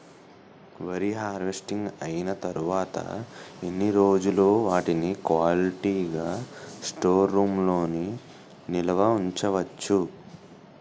వరి హార్వెస్టింగ్ అయినా తరువత ఎన్ని రోజులు వాటిని క్వాలిటీ గ స్టోర్ రూమ్ లొ నిల్వ ఉంచ వచ్చు?